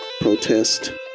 protest